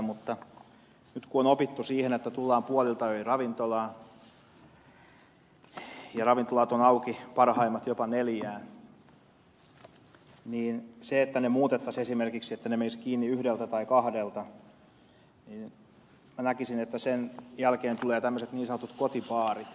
mutta nyt kun on opittu siihen että tullaan puoliltaöin ravintolaan ja että ravintolat ovat auki parhaimmillaan jopa neljään niin jos ne muutettaisiin esimerkiksi menemään kiinni yhdeltä tai kahdelta minä näkisin että sen jälkeen tulevat tämmöiset niin sanotut kotibaarit